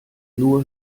nur